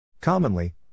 Commonly